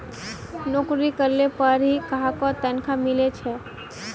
नोकरी करले पर ही काहको तनखा मिले छे